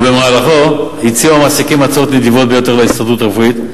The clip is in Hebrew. ובמהלכו הציעו המעסיקים הצעות נדיבות ביותר להסתדרות הרפואית,